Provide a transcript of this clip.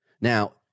Now